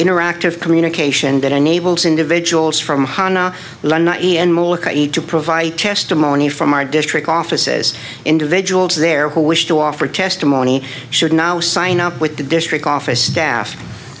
interactive communication that enables individuals from honna learn not to provide testimony from our district offices individuals there who wish to offer testimony should now sign up with the district office staff